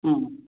ம்